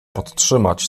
podtrzymać